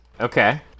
Okay